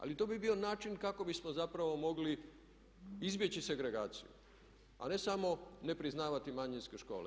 Ali to bi bio način kako bismo zapravo mogli izbjeći segregaciju, a ne samo ne priznavati manjinske škole.